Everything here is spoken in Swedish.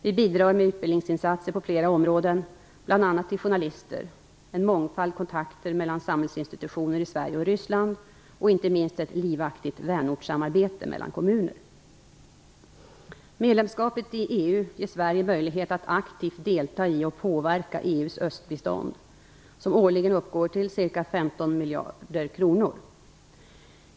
Vi bidrar med utbildningsinsatser på flera områden bl.a. till journalister, en mångfald kontakter mellan samhällsinstitutioner i Sverige och Ryssland och inte minst ett livaktigt vänortssamarbete mellan kommuner. Medlemskapet i EU ger Sverige möjlighet att aktivt delta i och påverka EU:s östbistånd, som årligen uppgår till ca 15 miljarder kronor.